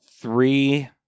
Three